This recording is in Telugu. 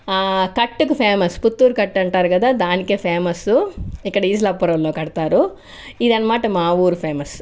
కట్టుకు ఫేమస్ పుత్తూరు కట్టు అంటారు కదా దానికే ఫేమస్ ఇక్కడ ఈసలాపురంలో కడతారు ఇదన్నమాట మా ఊరి ఫేమస్